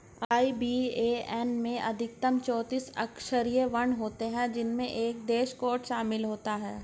IBAN में अधिकतम चौतीस अक्षरांकीय वर्ण होते हैं जिनमें एक देश कोड शामिल होता है